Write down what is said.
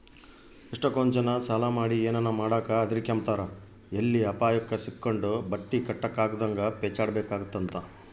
ಎಷ್ಟಕೊಂದ್ ಜನ ಸಾಲ ಮಾಡಿ ಏನನ ಮಾಡಾಕ ಹದಿರ್ಕೆಂಬ್ತಾರ ಎಲ್ಲಿ ಅಪಾಯುಕ್ ಸಿಕ್ಕಂಡು ಬಟ್ಟಿ ಕಟ್ಟಕಾಗುದಂಗ ಪೇಚಾಡ್ಬೇಕಾತ್ತಂತ